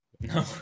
No